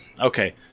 okay